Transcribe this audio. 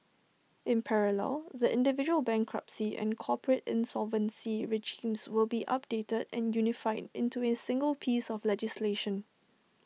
in parallel the individual bankruptcy and corporate insolvency regimes will be updated and unified into A single piece of legislation